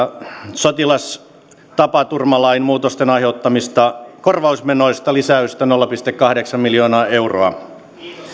sotilastapaturmalain muutosten aiheuttamista korvausmenoista lisäys nolla pilkku kahdeksan miljoonaa euroa